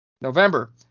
November